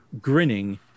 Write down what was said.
grinning